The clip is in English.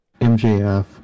MJF